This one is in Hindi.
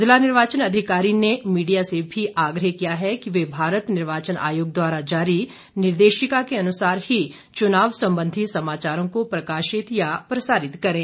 जिला निर्वाचन अधिकारी ने मीडिया से भी आग्रह किया कि वह भारत निर्वाचन आयोग द्वारा जारी निर्देशिका के अनुसार ही चुनाव संबंधी समाचारों को प्रकाशित या प्रसारित करें